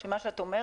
מה שאת אומרת,